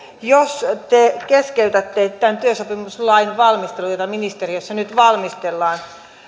te keskeytätte tämän työsopimuslain valmistelun jota ministeriössä nyt valmistellaan kun